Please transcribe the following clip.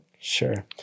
Sure